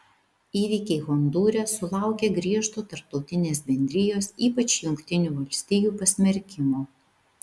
įvykiai hondūre sulaukė griežto tarptautinės bendrijos ypač jungtinių valstijų pasmerkimo